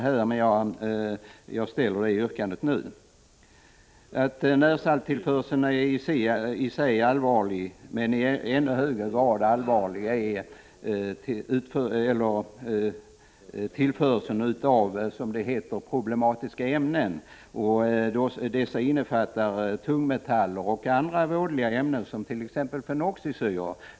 Närsalttillförseln är i sig allvarlig, men ännu allvarligare är tillförseln av, som det heter, problematiska ämnen. Dessa innefattar tungmetaller och andra vådliga ämnen som t.ex. fenoxisyror.